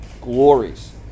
glories